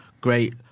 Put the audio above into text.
great